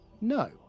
No